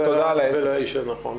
הישיבה ננעלה